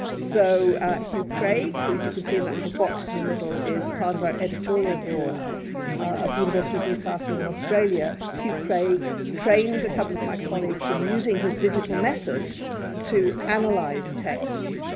so hugh craig, who as you can see in that little box in the middle, is part of our editorial board of the university of newcastle in australia. hugh craig trained a couple of my colleagues in using his digital methods to analyze texts.